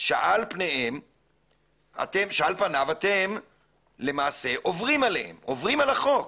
שעל פניו אתם למעשה עוברים עליהם, עוברים על החוק.